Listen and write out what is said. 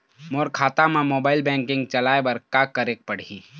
मोर खाता मा mobile banking चलाए बर का करेक पड़ही?